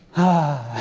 ah!